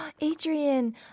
Adrian